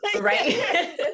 Right